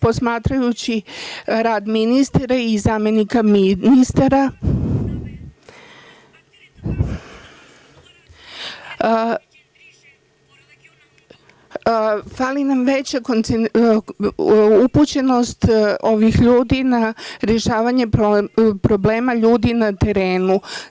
Posmatrajući rad ministra i zamenika ministra, fali nam veća upućenost ovih ljudi na rešavanju problema ljudi na terenu.